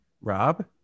rob